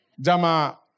Jama